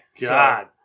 God